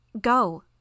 go